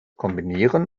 kombinieren